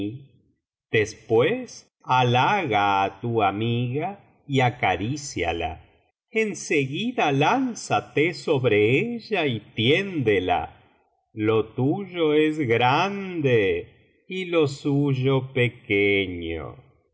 después halaga á tu amig a y acaricíala jsn seguida lánzate sobre ella y tiéndela lo tuyo es grande y lo suyo pequeño